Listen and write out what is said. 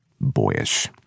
Boyish